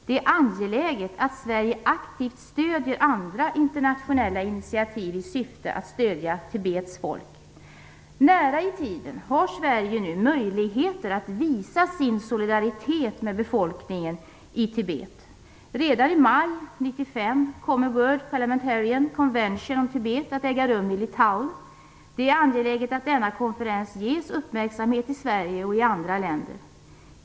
Det är angeläget att Sverige aktivt främjar andra internationella initiativ i syfte att stödja Tibets folk. Nära i tiden har Sverige nu möjligheter att visa sin solidaritet med befolkningen i Tibet. Redan i maj 1995 kommer World Parliamentarian Convention on Tibet att äga rum i Litauen. Det är angeläget att denna konferens ges uppmärksamhet i Sverige och i andra länder.